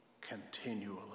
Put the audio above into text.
continually